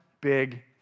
big